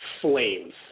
flames